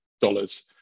dollars